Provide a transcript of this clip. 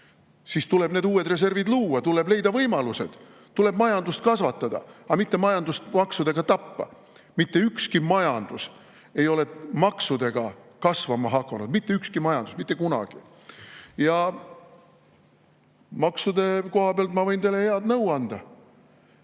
Siis tuleb uued reservid luua, tuleb leida võimalused, tuleb majandust kasvatada, aga mitte majandust maksudega tappa. Mitte ükski majandus ei ole maksudega kasvama hakanud, mitte ükski majandus, mitte kunagi. Maksude koha pealt ma võin teile head nõu anda.